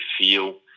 feel